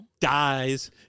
dies